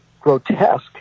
grotesque